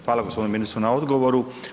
Hvala gospodinu ministru na odgovoru.